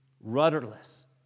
rudderless